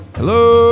Hello